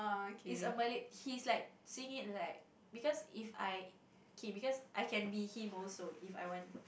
it's a Malay he's like saying like because if I kay because I can be him also if I want